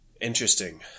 Interesting